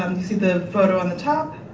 um you see the photo on the top,